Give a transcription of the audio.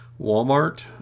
Walmart